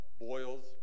boils